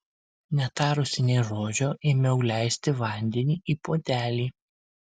netarusi nė žodžio ėmiau leisti vandenį į puodelį